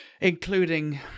including